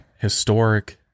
historic